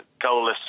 goalless